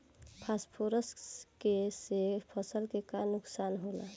Phosphorus के से फसल के का नुकसान होला?